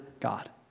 God